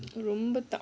ரொம்ப தான்:romba thaan